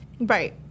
Right